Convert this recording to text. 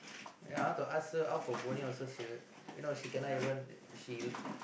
ya I want to ask her out for bowling also she you know she cannot even she